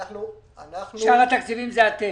--- שאר התקציבים זה אתם?